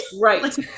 Right